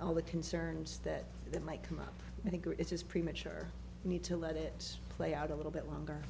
all the concerns that that might come up i think it is premature need to let it play out a little bit longer